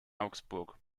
augsburg